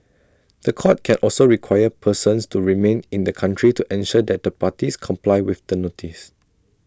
The Court can also require persons to remain in the country to ensure that the parties comply with the notice